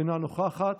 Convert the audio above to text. אינו נוכח,